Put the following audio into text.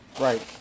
Right